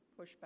pushback